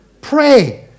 Pray